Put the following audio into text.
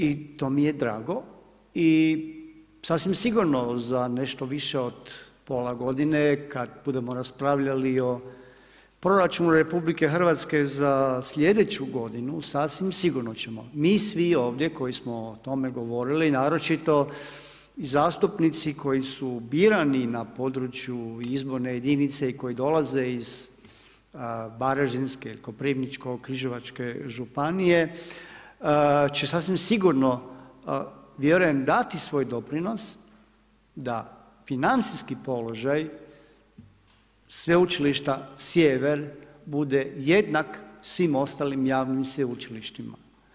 I to mi je drago i sasvim sigurno nešto više od pola godine, kada budemo raspravljali o proračunu RH, za slijedeću godinu, sasvim sigurno ćemo mi svi ovdje koji smo o tome govorili, naročito zastupnici, koji su birani na području izborne jedinice iz koje dolaze iz Varaždinske, Koprivničko-križevačke županije, će sasvim sigurno, vjerujem dati svoj doprinos, da financijski položaj Sveučilišta Sjever bude jednak svim ostalim javnim sveučilištima.